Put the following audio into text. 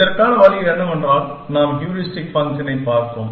இதற்கான வழி என்னவென்றால் நம் ஹூரிஸ்டிக் ஃபங்க்ஷனைப் பார்த்தோம்